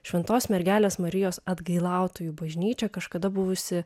šventos mergelės marijos atgailautojų bažnyčia kažkada buvusi